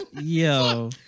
Yo